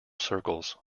circles